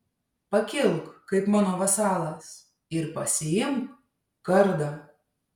pakilk kaip mano vasalas ir pasiimk kardą